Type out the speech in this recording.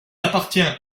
appartient